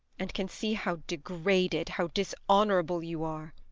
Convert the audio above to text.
and can see how degraded, how dishonourable you are!